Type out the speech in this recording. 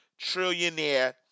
trillionaire